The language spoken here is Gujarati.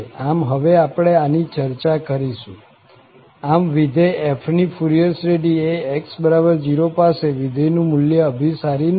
આમ હવે આપણે આની ચર્ચા કરીશું આમ વિધેય f ની ફુરિયર શ્રેઢી એx0 પાસે વિધેયનું મુલ્ય અભિસારી નથી